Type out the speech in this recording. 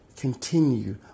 continue